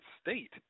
state